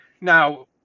now